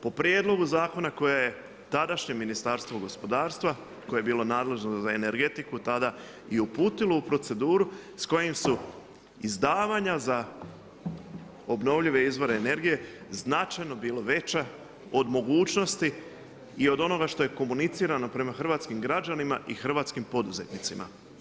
Po prijedlogu zakona, koje je tadašnje Ministarstvo gospodarstva, koje je bilo nadležno za energetiku, tada i uputilo u proceduru, s kojim su izdavanja za obnovljive izvore energije, značajno bilo veća od mogućnosti i od onoga što je komunicirao prema hrvatskim građanima i hrvatskim poduzetnicima.